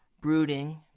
brooding